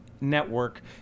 Network